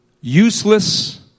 Useless